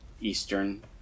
Eastern